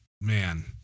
Man